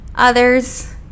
Others